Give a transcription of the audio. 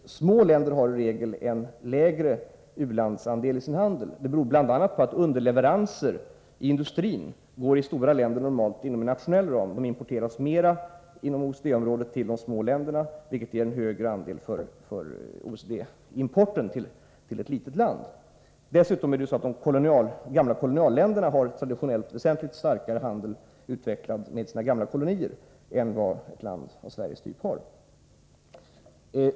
Små länder hari regel en lägre u-landsandel i sin handel. Det beror bl.a. på att industrins underleveranser i stora länder normalt går inom en nationell ram. Inom OECD-området importerar de små länderna mer av dessa underleveranser, vilket ger en högre andel för OECD i importen till ett litet land. Dessutom har de gamla kolonialländerna traditionellt en väsentligt mer utvecklad handel med sina gamla kolonier än vad ett land av Sveriges typ har.